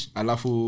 alafu